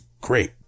great